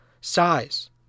size